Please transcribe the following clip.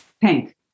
pink